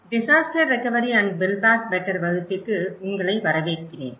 disaster recovery and build back better வகுப்பிற்கு உங்களை வரவேற்கிறேன்